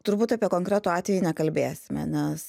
turbūt apie konkretų atvejį nekalbėsime nes